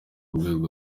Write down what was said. rwego